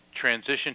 Transition